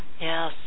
Yes